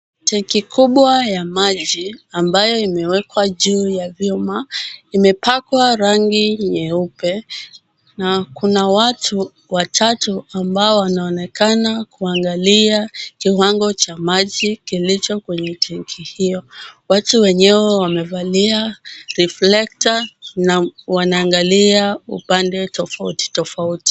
Tenki kubwa ya majimambayo imewekwa juu ya vyuma. Imepakwa rangi nyeupe, na kuna watu watatu ambao wanaonekana kuangalia kiwango cha maji kilicho kwenye tenki hiyo. Watu wenyewe wamevalia reflector na wanaangalia upande tofauti tofauti.